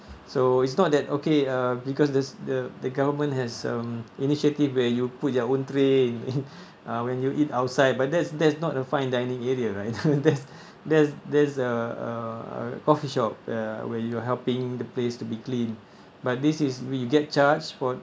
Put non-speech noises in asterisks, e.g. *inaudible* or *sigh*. so it's not that okay uh because there's the the government has um initiative where you put their own tray when you eat outside but that's that's not a fine dining area right *laughs* that's that's that's a a a coffee shop uh where you are helping the place to be clean but this is we get charged for